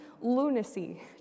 lunacy